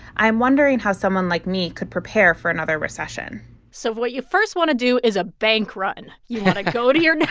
i'm wondering how someone like me could prepare for another recession so what you first want to do is a bank run. you want to go to your.